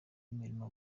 imirimo